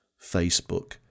Facebook